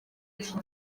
iki